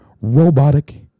robotic